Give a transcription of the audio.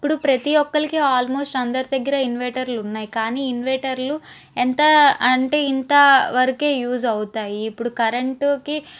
ఇప్పుడు ప్రతి ఒక్కరికి ఆల్మోస్ట్ అందరి దగ్గర ఇన్వెటర్లు ఉన్నాయి కాని ఇన్వెటర్లు ఎంత అంటే ఇంత వరకే యూస్ అవుతాయి ఇప్పుడు కరెంటుకి